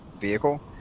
vehicle